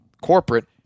corporate